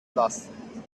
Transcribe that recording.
lassen